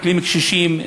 קשישים,